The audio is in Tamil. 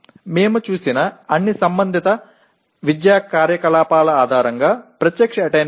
நாம் பார்த்த அனைத்து தொடர்புடைய கல்வி நடவடிக்கைகளின் அடிப்படையில் நேரடி அடையல் 0